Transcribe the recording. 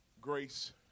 grace